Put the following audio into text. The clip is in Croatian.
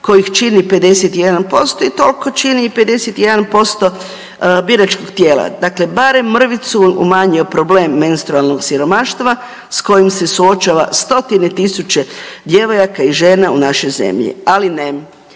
kojih čini 51% i toliko čini i 51% biračkog tijela. Dakle, barem mrvicu umanjio problem menstrualnog siromaštva s kojim se suočava stotine tisuća djevojaka i žena u našoj zemlji. Ali ne,